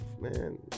Man